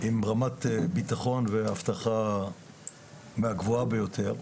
עם רמת בטחון ואבטחה מהגבוהה ביותר.